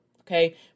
okay